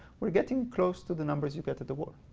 we're getting close to the numbers you get at the war.